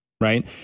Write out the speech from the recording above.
right